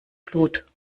blut